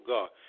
God